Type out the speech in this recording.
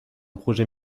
projet